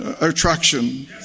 attraction